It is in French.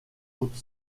haute